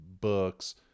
books